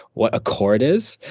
what a chord is.